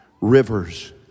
Rivers